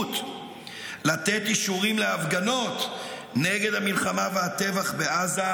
לתת אישורים להפגנות נגד המלחמה והטבח בעזה,